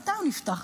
מתי הוא נפתח,